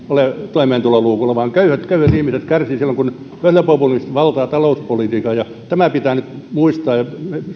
toimeentuloluukulla vaan köyhät ihmiset kärsivät silloin kun pölhöpopulistit valtaavat talouspolitiikan ja tämä pitää nyt muistaa ja